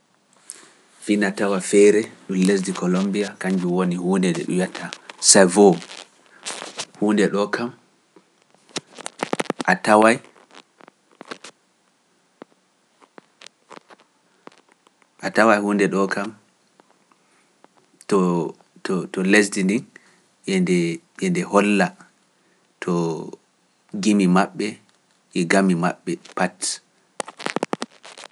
Fina tawa feere ndu lesdi Kolombiya, kanjum woni huunde nde ɗum yetta, savo, huunde ɗo kam, a taway, a taway huunde ɗo kam, to lesdi ndi, e nde holla to jimi maɓɓe e gami maɓɓe pat.